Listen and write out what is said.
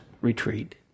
retreat